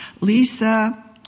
Lisa